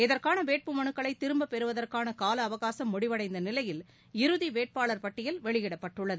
இதற்கான வேட்புமலுக்களை திரும்பப்பெறுவதற்கான கால அவகாசம் முடிவடைந்த நிலையில் இறுதி வேட்பாளர் பட்டியல் வெளியிடப்பட்டுள்ளது